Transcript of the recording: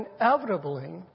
inevitably